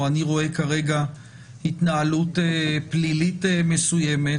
או: אני רואה כרגע התנהלות פלילית מסוימת,